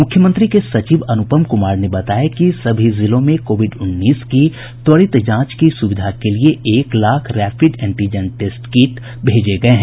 मुख्यमंत्री के सचिव अनुपम कुमार ने बताया कि सभी जिलों में कोविड उन्नीस की त्वरित जांच की सुविधा के लिये एक lakh rapid antigen test kit भेजे गये हैं